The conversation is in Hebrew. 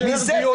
מזה זה מתחיל.